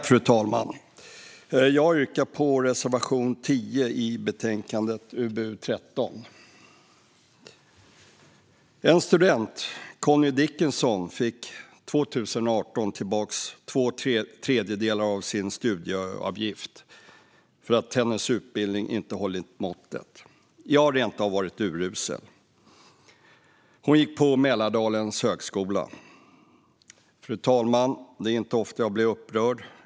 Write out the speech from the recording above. Fru talman! Jag yrkar bifall till reservation 10 i betänkande UbU13. En student, Connie Dickinson, fick 2018 tillbaka två tredjedelar av sin studieavgift för att hennes utbildning inte hållit måttet. Den hade rent av varit urusel. Hon gick på Mälardalens högskola. Fru talman! Det är inte ofta jag blir upprörd.